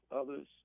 others